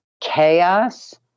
chaos